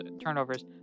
turnovers